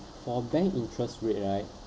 for bank interest rate right